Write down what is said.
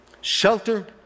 shelter